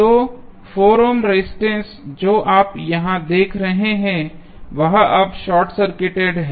तो 4 ohm resistance जो आप यहां देख रहे हैं वह अब शार्ट सर्किटेड है